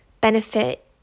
benefit